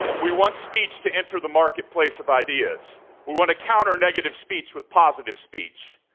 we want speech to enter the marketplace of ideas. we want to counter negative speech with positive speech.